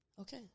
Okay